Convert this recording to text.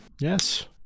yes